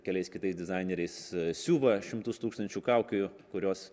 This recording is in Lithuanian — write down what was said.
keliais kitais dizaineriais siuva šimtus tūkstančių kaukių kurios